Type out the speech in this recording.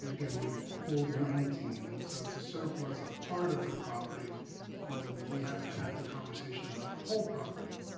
again, we pulled nineteen and so to surplus a part of the property when we haven't had the conversation about the whole property